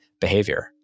behavior